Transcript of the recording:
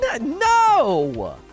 no